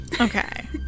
Okay